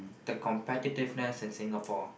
the competitiveness in Singapore